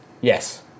Yes